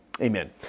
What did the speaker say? Amen